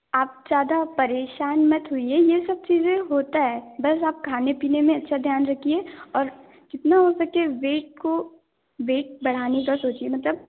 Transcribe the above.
आप ज़्यादा परेशान मत होइए ये सब चीज़ें होता है बस आप खाने पीने में अच्छा ध्यान रखिए और जितना हो सके वेट को वेट बढ़ाने का सोचिए मतलब